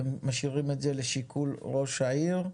אתם משאירים את זה לשיקול ראש העיר?